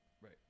Right